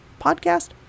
podcast